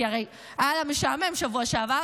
כי הרי היה לה משעמם בשבוע שעבר,